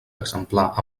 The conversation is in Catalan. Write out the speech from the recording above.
exemplar